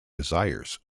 desires